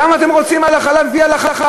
למה אתם רוצים לפי ההלכה?